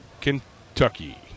Kentucky